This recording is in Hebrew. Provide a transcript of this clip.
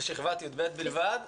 לשכבת י"ב בלבד.